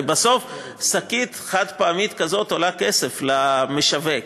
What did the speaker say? הרי בסוף שקית חד-פעמית כזאת עולה כסף למשווק,